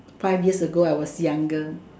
five years ago I was younger